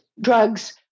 drugs